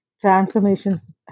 transformations